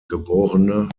geb